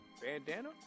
Bandana